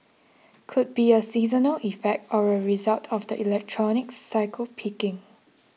could be a seasonal effect or a result of the electronics cycle peaking